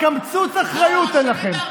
קמצוץ אחריות אין לכם.